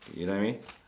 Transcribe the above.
you know what I mean